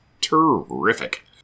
terrific